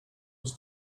was